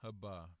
haba